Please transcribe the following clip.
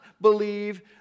believe